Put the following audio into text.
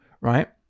right